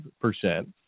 percent